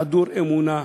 חדור אמונה,